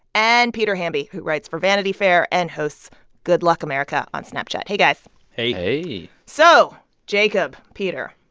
and peter hamby, who writes for vanity fair and hosts good luck america on snapchat. hey, guys hey hey so, jacob, peter,